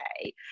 okay